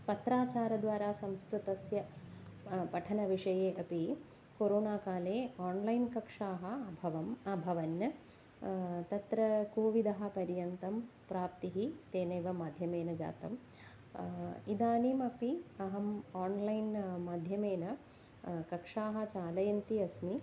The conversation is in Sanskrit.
पत्राचारद्वारा संस्कृतस्य पठनविषये अपि कोरोनाकाले आन्लैन् कक्षाः अभवन् अभवन् तत्र कोविडः पर्यन्तं प्राप्तिः तेनेव माध्यमेन जातम् इदानीमपि अहम् आन्लैन् माध्यमेन कक्षाः चालयन्ती अस्मि